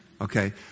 Okay